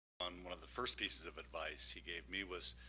on one of the first pieces of advice he gave me was,